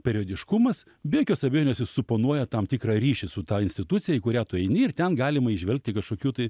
periodiškumas be jokios abejonės jis suponuoja tam tikrą ryšį su ta institucija į kurią tu eini ir ten galima įžvelgti kažkokių tai